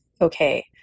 okay